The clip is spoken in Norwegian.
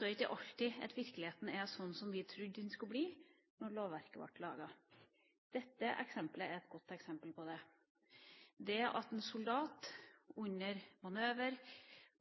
ikke alltid at virkeligheten er slik som vi trodde den skulle bli da lovverket ble laget. Dette er et godt eksempel på det: Når en soldat under manøver,